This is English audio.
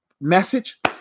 message